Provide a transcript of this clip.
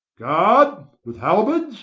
guard with halberds.